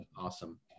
awesome